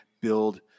build